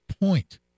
point